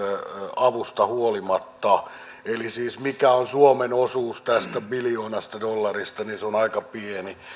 avusta huolimatta eli siis suomen osuus tästä biljoonasta dollarista on aika pieni